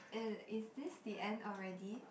uh is this the end already